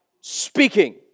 speaking